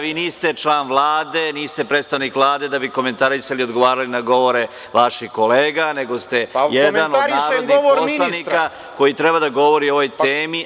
Vi niste član Vlade da bi komentarisali i odgovarali na govore vaših kolega, nego ste jedan od narodnih poslanika koji treba da govori o ovoj temi.